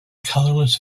colorless